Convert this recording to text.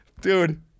Dude